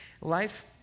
life